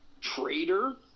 traitor